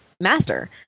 master